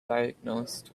diagnosed